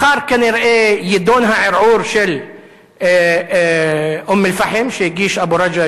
מחר כנראה יידון הערעור של אום-אל-פחם שהגיש אבו רג'א,